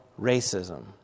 Racism